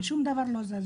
ושום דבר לא זז.